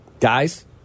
Guys